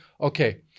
okay